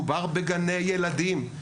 מדובר בגני ילדים.